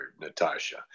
Natasha